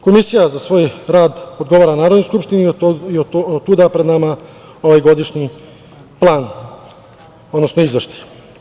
Komisija za svoj rad odgovara Narodnoj skupštini i otuda pred nama ovaj godišnji plan, odnosno izveštaj.